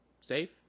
safe